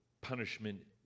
punishment